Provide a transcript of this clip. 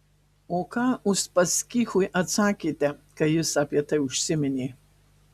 o ką uspaskichui atsakėte kai jis apie tai užsiminė